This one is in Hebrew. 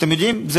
אתם יודעים,